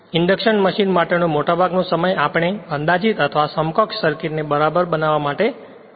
induction machine માટેનો મોટાભાગનો સમય આપણે અંદાજિત અથવા સમકક્ષ સર્કિટ ને બરાબર બનાવવા માટે વાપર્યો છે